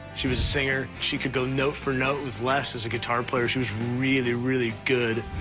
she was a singer. she could go note for note with les as a guitar player. she was really, really good.